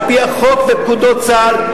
על-פי החוק ופקודות צה"ל,